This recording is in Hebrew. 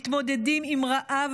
מתמודדים עם צמא ורעב,